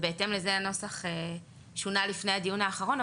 בהתאם לזה הנוסח שונה לפני הדיון האחרון.